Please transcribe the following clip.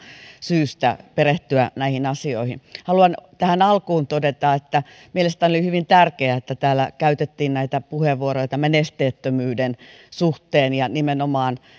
syystä hyvin tärkeää perehtyä näihin asioihin haluan tähän alkuun todeta että mielestäni oli hyvin tärkeää että täällä käytettiin näitä puheenvuoroja esteettömyyden suhteen ja nimenomaan